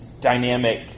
dynamic